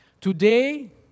Today